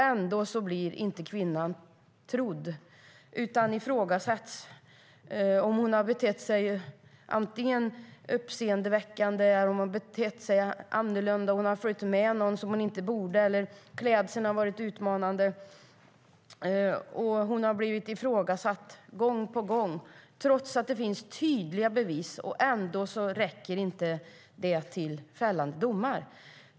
Ändå blir kvinnorna inte trodda utan det ifrågasätts om de har betett sig uppseendeväckande, annorlunda, följt med någon de inte borde eller om klädseln har varit utmanande. Det sker gång på gång. Trots att det finns tydliga bevis räcker de ändå inte till fällande domar.